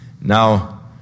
Now